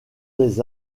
des